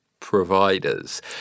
providers